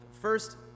First